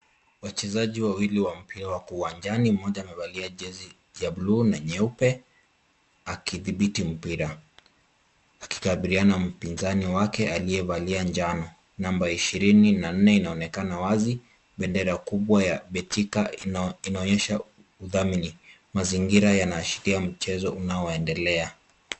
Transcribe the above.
Wachezaji wawili wa mpira wako uwanjani, mmoja wamevalia jezi ya buluu na nyeupe akidhibiti mpira, akikabiliana na mpinzani wake aliyevalia njano. Namba ishirini na nne inaonekana wazi. Bendera kubwa ya Betika inaonyesha udhamini. Mazingira yanaashiria mchezo unaoendelea.